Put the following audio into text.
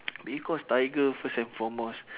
because tiger first and foremost